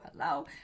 hello